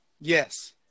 Yes